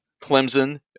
Clemson